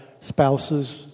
spouses